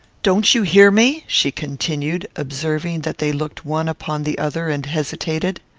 don't you hear me? she continued, observing that they looked one upon the other and hesitated.